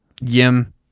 Yim